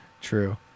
True